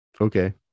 okay